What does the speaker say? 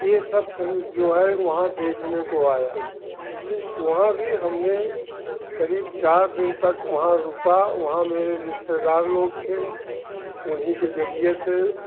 यह सब समझ जो है वहाँ देखने को आया तो वहाँ भी हमने करीब चार दिन तक वहाँ रुका वहाँ मेरे रिश्तेदार लोग थे उन्हीं के ज़रिए से